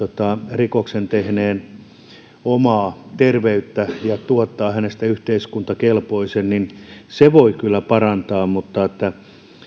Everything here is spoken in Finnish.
rikoksen tehneen ihmisen omaa terveyttä ja tuottaa hänestä yhteiskuntakelpoisen se voi kyllä parantaa